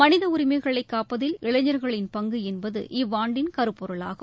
மனித உரிமைகளை னப்பதில் இளைஞர்களின் பங்கு என்பது இவ்வாண்டின் கருப்பொருளாகும்